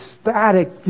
static